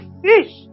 fish